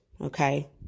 Okay